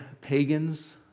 pagans